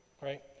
right